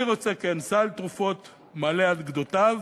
אני רוצה, כן, סל תרופות מלא עד גדותיו.